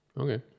Okay